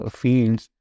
fields